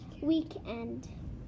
weekend